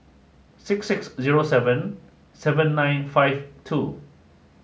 six six zero seven seven nine five two